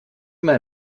mal